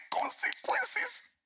consequences